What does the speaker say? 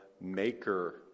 maker